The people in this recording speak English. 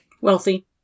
Wealthy